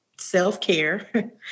self-care